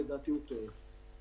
לדעתי הוא טועה.